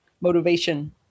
Motivation